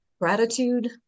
gratitude